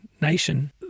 nation